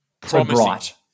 Promising